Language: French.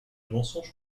mensonge